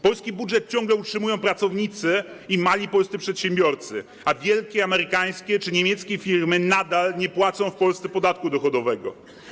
Polski budżet ciągle utrzymują pracownicy i mali polscy przedsiębiorcy, a wielkie amerykańskie czy niemieckie firmy nadal nie płacą w Polsce podatku dochodowego.